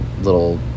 little